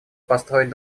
построить